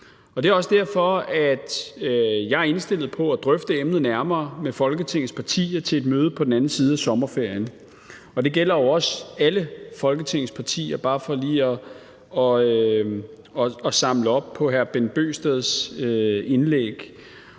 Det er også derfor, jeg er indstillet på at drøfte emnet nærmere med Folketingets partier på et møde på den anden side af sommerferien. Og det gælder alle Folketingets partier – for lige at samle op på hr. Bent Bøgsteds indlæg.